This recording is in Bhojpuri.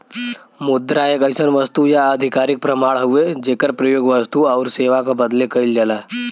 मुद्रा एक अइसन वस्तु या आधिकारिक प्रमाण हउवे जेकर प्रयोग वस्तु आउर सेवा क बदले कइल जाला